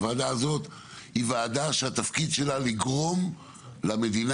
הוועדה הזאת היא ועדה שהתפקיד שלה לגרום למדינה,